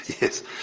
Yes